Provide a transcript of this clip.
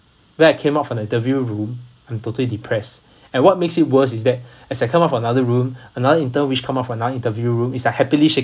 when I came out from the interview room I'm totally depress and what makes it worse is that as I come out from another room another intern which come out another interview room is are happily